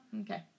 okay